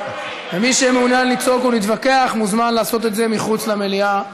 ומי שמעוניין לצעוק ולהתווכח מוזמן לעשות את זה מחוץ למליאה.